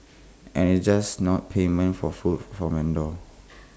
and IT just not payment for food from vendors